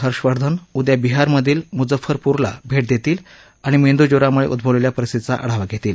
हर्षवर्धन उद्या बिहारमधील मुजफ्फरपूरला भेट देतील आणि मेंदूज्वरामुळे उद्भवलेल्या परिस्थितीचा आढावा घेतील